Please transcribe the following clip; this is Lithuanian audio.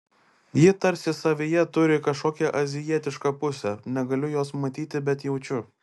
ji tarsi savyje turi kažkokią azijietišką pusę negaliu jos matyti bet jaučiu